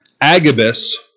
Agabus